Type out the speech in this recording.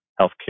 healthcare